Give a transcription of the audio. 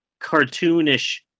cartoonish